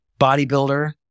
bodybuilder